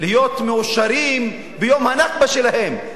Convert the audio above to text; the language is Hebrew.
להיות מאושרים ביום הנכבה שלהם.